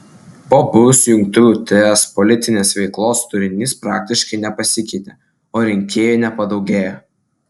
po buvusių jungtuvių ts politinės veiklos turinys praktiškai nepasikeitė o rinkėjų nepadaugėjo